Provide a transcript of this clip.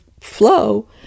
flow